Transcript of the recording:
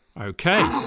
okay